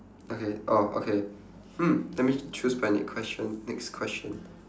okay orh okay hmm let me choose my next question next question